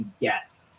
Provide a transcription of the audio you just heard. guests